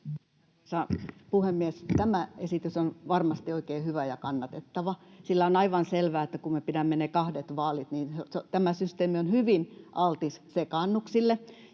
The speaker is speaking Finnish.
puhemies! Tämä esitys on varmasti oikein hyvä ja kannatettava, sillä on aivan selvää, että kun me pidämme ne kahdet vaalit, niin tämä systeemi on hyvin altis sekaannuksille.